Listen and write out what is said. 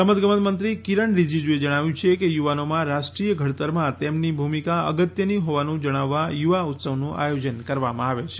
રમતગમત મંત્રી કિરણ રીજીજુએ જણાવ્યું છે કે યુવાનોમાં રાષ્ટ્રીય ઘડતરમાં તેમની ભૂમિકા અગત્યની હોવાનું જણાવવા યુવા ઉત્સવનું આયોજન કરવામાં આવે છે